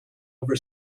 over